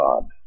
God